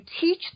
teach